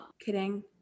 kidding